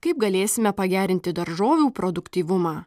kaip galėsime pagerinti daržovių produktyvumą